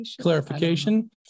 Clarification